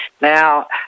Now